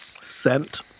scent